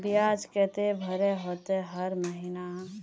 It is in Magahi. बियाज केते भरे होते हर महीना?